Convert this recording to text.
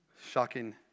Shocking